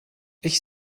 ich